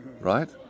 right